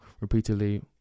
repeatedly